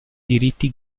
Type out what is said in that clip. diritti